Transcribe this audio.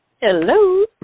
Hello